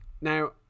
Now